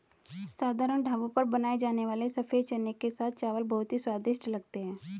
साधारण ढाबों पर बनाए जाने वाले सफेद चने के साथ चावल बहुत ही स्वादिष्ट लगते हैं